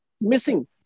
missing